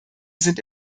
sind